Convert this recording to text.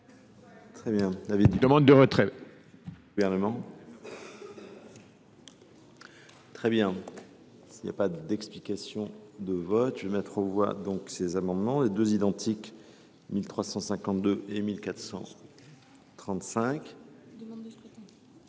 demande le retrait